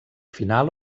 final